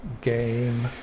game